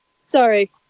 sorry